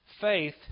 Faith